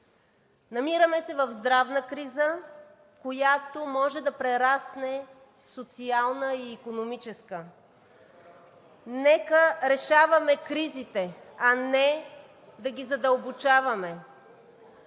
Намираме се в здравна криза, която може да прерасне в социална и икономическа. Нека решаваме кризите, а не да ги задълбочаваме.